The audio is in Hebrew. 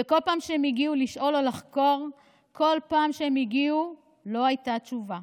וכל פעם שהם הגיעו לשאול או לחקור לא הייתה תשובה,